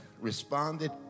responded